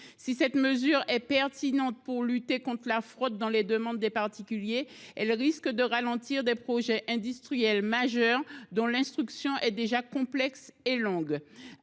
Si cette mesure est pertinente pour lutter contre la fraude dans les demandes des particuliers, elle risque de ralentir des projets industriels majeurs dont l'instruction est déjà complexe et longue.